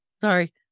sorry